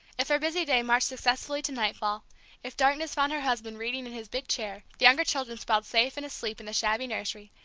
if her busy day marched successfully to nightfall if darkness found her husband reading in his big chair, the younger children sprawled safe and asleep in the shabby nursery,